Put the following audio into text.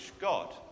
God